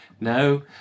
No